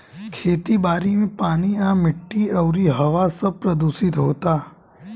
खेती बारी मे पानी आ माटी अउरी हवा सब प्रदूशीत होता